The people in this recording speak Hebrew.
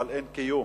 אבל אין קיום.